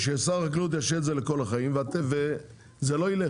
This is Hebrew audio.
ששר החקלאות ישהה את זה לכל החיים, וזה לא ילך.